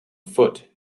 foot